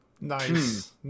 Nice